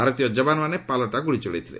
ଭାରତୀୟ ଯବାନମାନେ ପାଲଟା ଗୁଳି ଚଳାଇଥିଲେ